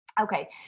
Okay